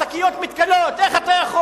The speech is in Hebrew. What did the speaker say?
שר לאיכות הסביבה, שקיות מתכלות, איך אתה יכול?